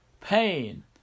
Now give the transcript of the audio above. pain